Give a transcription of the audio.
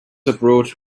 approach